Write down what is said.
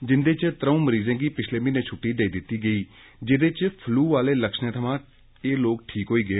जिंदे च त्रऊं मरीजें गी पिछले म्हीने छुट्टी देई दित्ती गेई जेह्डे इस फ्लू आले लक्षणें थमां ठीक होई गे